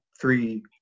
three